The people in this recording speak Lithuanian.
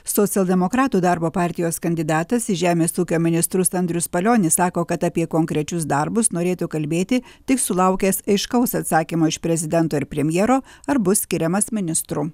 socialdemokratų darbo partijos kandidatas į žemės ūkio ministrus andrius palionis sako kad apie konkrečius darbus norėtų kalbėti tik sulaukęs aiškaus atsakymo iš prezidento ir premjero ar bus skiriamas ministru